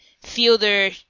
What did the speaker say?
Fielder